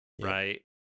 right